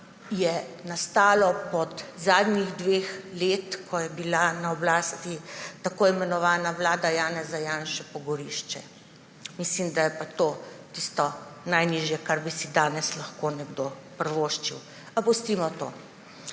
je nastalo po zadnjih dveh letih, ko je bila na oblasti tako imenovana vlada Janeza Janše, pogorišče. Mislim, da je to najnižje, kar bi si danes lahko nekdo privoščil. A pustimo to!